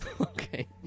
Okay